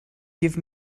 give